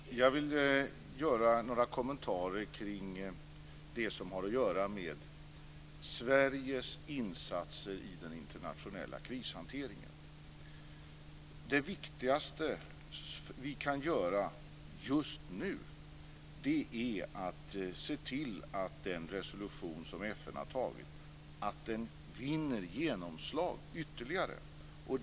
Fru talman! Jag vill göra några kommentarer kring det som har att göra med Sveriges insatser i den internationella krishanteringen. Det viktigaste vi kan göra just nu är att se till att den resolution som FN har antagit vinner ytterligare genomslag.